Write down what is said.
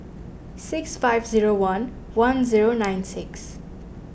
six five zero one one zero nine six